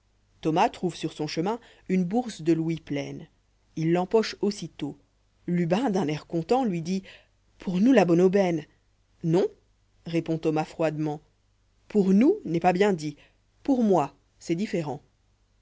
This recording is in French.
thomas trouve sur son chemin une bourse de louis pleine il l'empocha aussitôt lubiu d'un air content lui dit pour nous la bonne aubaine non répond thomas froidement pour nous n'est pas bien dit pour moi c'est différent